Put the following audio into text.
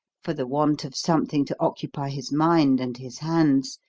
for the want of something to occupy his mind and his hands,